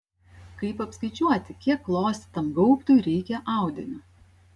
kaip apskaičiuoti kiek klostytam gaubtui reikia audinio